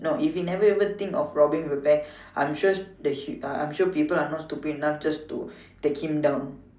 no if he never even think of robbing the bank I'm sure that he uh I'm sure people are not stupid enough just to take him down